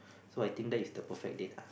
so I think that is the perfect date ah